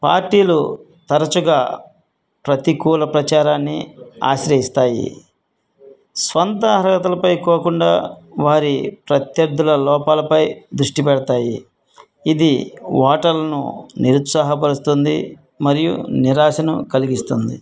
పార్టీలు తరచుగా ప్రతికూల ప్రచారాన్ని ఆశ్రయిస్తాయి స్వంత అర్హతలపై పోకుండా వారి ప్రత్యర్థుల లోపాలపై దృష్టి పెడతాయి ఇది ఓటర్లను నిరుత్సాహపరుస్తుంది మరియు నిరాశను కలిగిస్తుంది